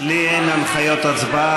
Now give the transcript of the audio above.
לי אין הנחיות הצבעה,